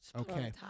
okay